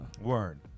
Word